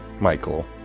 Michael